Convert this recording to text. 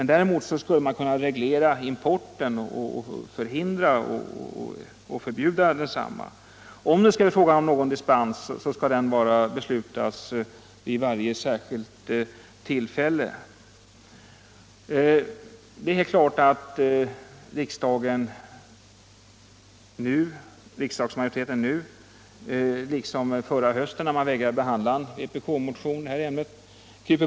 Däremot skulle man kunna regiera importen och förhindra och förbjuda densamma. Om det skulle vara fråga om dispens skall beslut om sådan ske vid varje särskilt tillfälle. Riksdagsmajoriteten kryper nu, liksom förra hösten när man vägrade behandla vpk-motionen It ämnet.